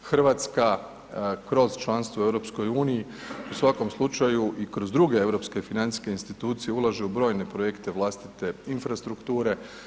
Hrvatska kroz članstvo u EU u svakom slučaju i kroz druge europske financijske institucije ulaže u brojne projekte vlastite infrastrukture.